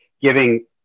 giving